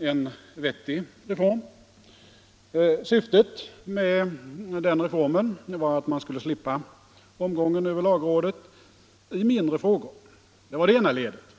en vettig reform. Syftet med den reformen var att man skulle slippa omgången över lagrådet i mindre frågor. Det var det ena ledet.